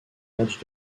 matchs